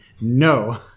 no